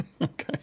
Okay